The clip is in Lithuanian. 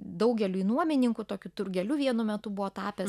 daugeliui nuomininkų tokiu turgeliu vienu metu buvo tapęs